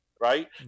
Right